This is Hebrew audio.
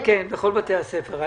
כן, בכל בתי הספר.